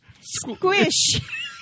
squish